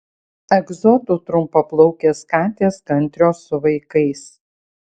egzotų trumpaplaukės katės kantrios su vaikais